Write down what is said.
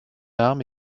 arme